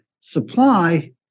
supply